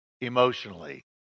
emotionally